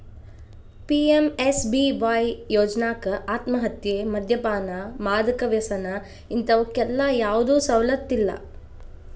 PMSBY ಯೋಜ್ನಾಕ ಆತ್ಮಹತ್ಯೆ, ಮದ್ಯಪಾನ, ಮಾದಕ ವ್ಯಸನ ಇಂತವಕ್ಕೆಲ್ಲಾ ಯಾವ್ದು ಸವಲತ್ತಿಲ್ಲ